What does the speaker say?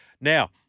Now